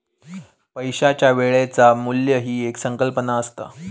पैशाच्या वेळेचा मू्ल्य ही एक संकल्पना असता